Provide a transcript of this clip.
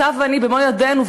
אתה ואני במו ידינו,